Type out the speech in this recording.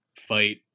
fight